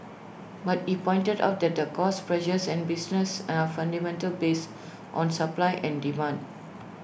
but he pointed out that cost pressures on businesses are fundamentally based on supply and demand